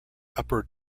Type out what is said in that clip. upper